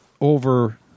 over